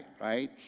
right